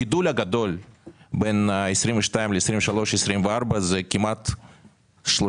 הגידול הגדול בין 2022 ל-2024 זה כמעט 30